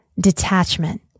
detachment